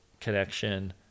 connection